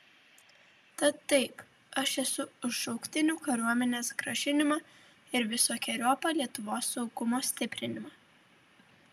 tad taip aš esu už šauktinių kariuomenės grąžinimą ir visokeriopą lietuvos saugumo stiprinimą